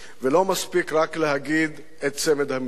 ולא מספיק רק להגיד את צמד המלים,